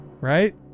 right